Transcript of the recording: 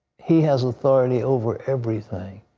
he has authority over everything.